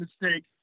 mistake